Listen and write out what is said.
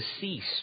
cease